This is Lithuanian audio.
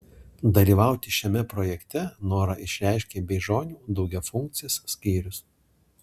dalyvauti šiame projekte norą išreiškė beižionių daugiafunkcis skyrius